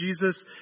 Jesus